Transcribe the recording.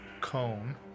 cone